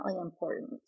important